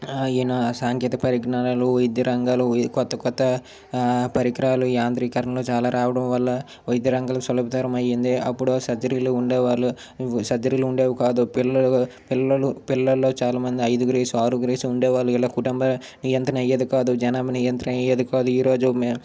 ఎన్నో సాంకేతిక పరిజ్ఞానాలు వైద్య రంగాల్లో కొత్త కొత్త పరికరాలు యాంద్రీకరణలు చాలా రావడం వల్ల వైద్యరంగలకు సులభతరం అయింది అప్పుడు సర్జరీలు ఉండేవాళ్ళు సర్జరీలు ఉండేవి కాదు పిల్లలు పిల్లలు పిల్లలు చాలా మంది ఐదుగురు వేసి ఆరుగురు వేసి ఉండేవాళ్ళు ఇలా కుటుంబ నియంత్రణ అయ్యేది కాదు జనాభా నియంత్రణ అయ్యేది కాదు ఈరోజు